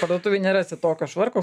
parduotuvėj nerasit tokio švarko